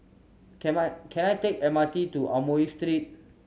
came I can I take M R T to Amoy Street